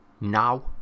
now